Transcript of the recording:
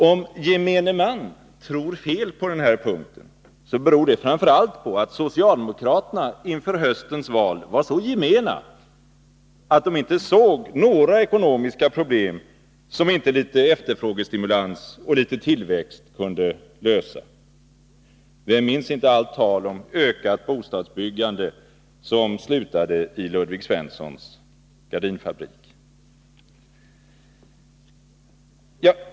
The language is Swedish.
Om gemene man tror fel på den här punkten, beror det framför allt på att socialdemokraterna inför höstens val var så gemena att de inte såg några ekonomiska problem som inte litet efterfrågestimulans och litet tillväxt kunde lösa. Vem minns inte allt tal om ökat bostadsbyggande, som slutade i Ludvig Svenssons gardinfabrik.